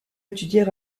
étudier